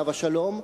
עליו השלום,